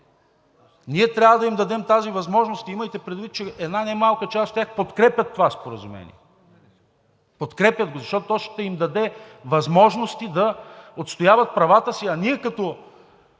Ние трябва да им дадем тази възможност. Имайте предвид, че една немалка част от тях подкрепят това споразумение – подкрепят го, защото то ще им даде възможности да отстояват правата си. А ние като